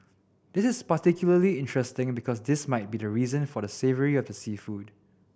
this is particularly interesting because this might be the reason for the savoury of the seafood